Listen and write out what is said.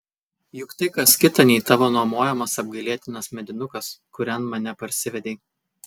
juk tai kas kita nei tavo nuomojamas apgailėtinas medinukas kurian mane parsivedei